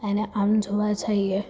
અને આમ જોવા જઈએ